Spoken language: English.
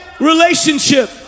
Relationship